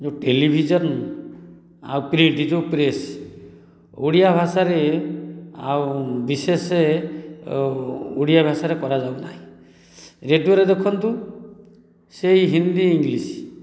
ଯେଉଁ ଟେଲିଭିଜନ ଆଉ ପ୍ରିଣ୍ଟ ଯେଉଁ ପ୍ରେସ୍ ଓଡ଼ିଆ ଭାଷାରେ ଆଉ ବିଶେଷ ଓଡ଼ିଆ ଭାଷାରେ କରାଯାଉନାହିଁ ରେଡ଼ିଓରେ ଦେଖନ୍ତୁ ସେ ହିନ୍ଦୀ ଇଂଲିଶ